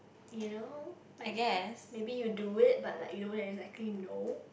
you know like maybe maybe you do it but like you don't exactly know